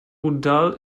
udall